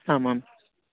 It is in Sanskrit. आम् आम्